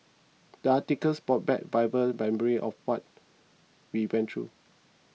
the article brought back vivid memories of what we went through